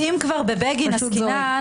בבגין עסקינן,